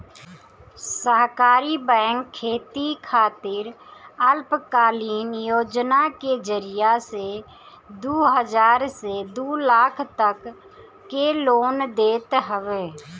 सहकारी बैंक खेती खातिर अल्पकालीन योजना के जरिया से दू हजार से दू लाख तक के लोन देत हवे